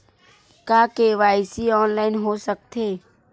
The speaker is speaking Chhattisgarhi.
का के.वाई.सी ऑनलाइन हो सकथे?